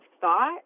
thought